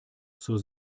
zur